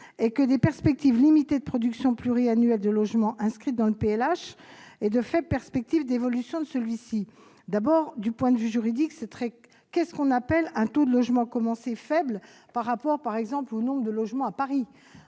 fallait des perspectives limitées de production pluriannuelle de logements inscrites dans le PLH, ainsi que de faibles perspectives d'évolution de celui-ci. D'un point de vue juridique, qu'appelle-t-on un taux de logements commencés faible par rapport, par exemple, au nombre de logements à Paris ?